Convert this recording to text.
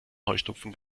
heuschnupfen